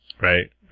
right